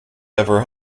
ever